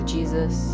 Jesus